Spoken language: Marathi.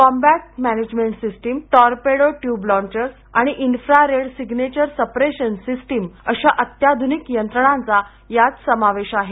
combat management system torpedo tube launchers आणि infrared signature suppression system अशा अत्याधुनिक यंत्रणांचा यात समावेश आहे